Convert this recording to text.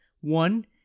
One